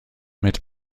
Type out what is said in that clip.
mit